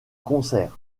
concerts